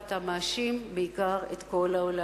ואתה מאשים בעיקר את כל העולם.